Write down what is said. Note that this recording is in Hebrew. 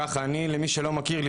למי שלא מכיר אותי,